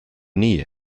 nii